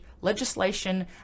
legislation